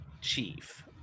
chief